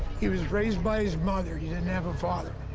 he was raised by his mother. he didn't have a father.